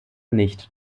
nicht